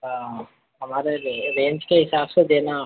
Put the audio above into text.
हाँ हमारे रेन्ज के हिसाब से देना